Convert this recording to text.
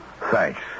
Thanks